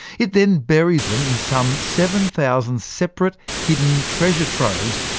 it then buries them in some seven thousand separate hidden treasure troves,